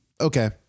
Okay